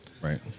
Right